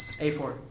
A4